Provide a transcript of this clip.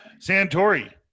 Santori